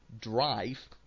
drive